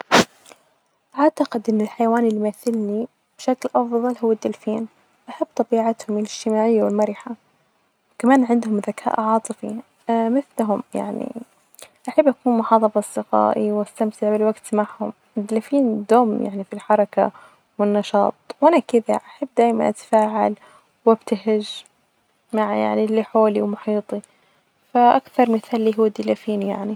أعتقد إن الحيوان اللي يمثلني بشكل أفظل هو الدولفين أحب طبيهتعم الإجتماعية والمرحة، كمان عندهم ذكاء عاطفي مثلهم، يعني أحب أكون محاطة بأصدقائي وأستمتع بالوجت معهم، الدولفين دوم يعني في الحركة والنشاط وأنا كده أحب دايما أتفاعل وأبتهج مع يعني اللي حولي ومحيطي فأكثر مثال لي هو الدولفين يعني.